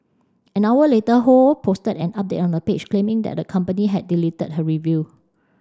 an hour later Ho posted an update on her page claiming that the company had deleted her review